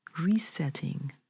resetting